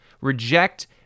reject